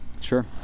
Sure